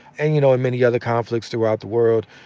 and, you know, in many other conflicts throughout the world,